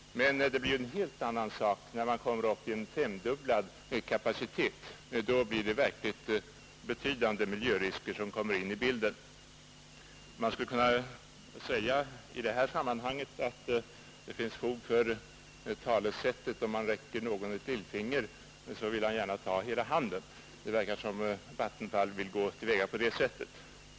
Men det blir ju en helt annan sak när man går upp till en fem gånger så stor kapacitet. Dä kommer det verkligt betydande miljörisker in i bilden. Man kan säga att det i detta sammanhang finns fog för talesättet att om man räcker någon ett lillfinger så tar han hela handen. Det verkar som om Vattenfall vill gå till väga på det sättet.